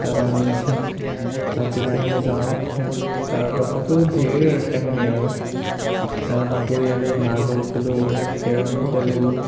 তাত আমি তাত যেতিয়া আমি যাওঁ তাৰ কথাটো ধেৰ কাহিনী আৰু তাত গৈ আমি মাৰ্বল খেলোঁ কেৰম খেলোঁ